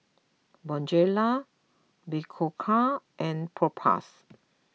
Bonjela Berocca and Propass